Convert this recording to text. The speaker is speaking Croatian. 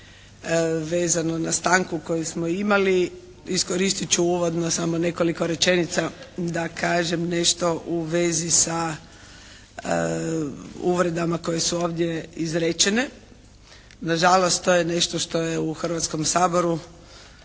vezano na stanku koju smo imali iskoristit ću uvodno samo nekoliko rečenica da kažem nešto u vezi sa uvredama koje su ovdje izrečene. Na žalost, to je nešto što je u Hrvatskom saboru